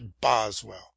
Boswell